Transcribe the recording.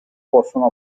possono